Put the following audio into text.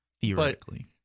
Theoretically